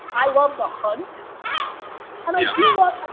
i love the hunt and i do love,